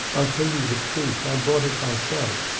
i'll tell you the truth. i bought it myself.